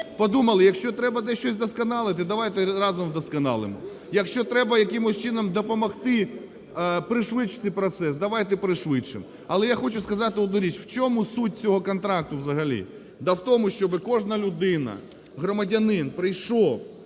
подумали, якщо треба десь щось вдосконалити – давайте разом вдосконалимо. Якщо треба якимось чином допомогти пришвидшити процес, давайте пришвидшимо. Але я хочу сказати одну річ, в чому суть цього контракту взагалі? Да, в тому, щоби кожна людина, громадянин прийшов,